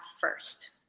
first